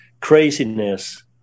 craziness